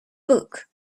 book